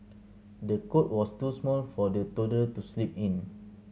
the cot was too small for the toddler to sleep in